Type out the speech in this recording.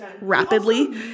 rapidly